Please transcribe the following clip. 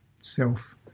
self